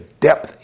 depth